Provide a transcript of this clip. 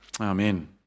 Amen